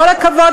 כל הכבוד.